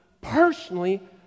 personally